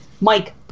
Mike